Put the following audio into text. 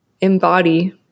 embody